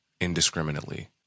indiscriminately